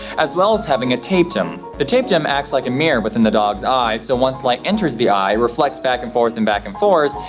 as well as having a tapetum. the tapetum acts like a mirror within the dog's eye, so once light enters the eye, it reflects back and forth and back and forth,